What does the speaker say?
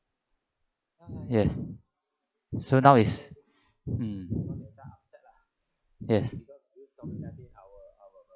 yes so now is mm yes